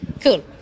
Cool